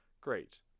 Great